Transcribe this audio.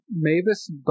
Mavis